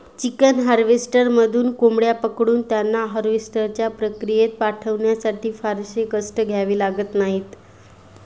chicken हार्वेस्टरमधून कोंबड्या पकडून त्यांना हार्वेस्टच्या प्रक्रियेत पाठवण्यासाठी फारसे कष्ट घ्यावे लागत नाहीत